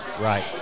Right